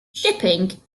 shipping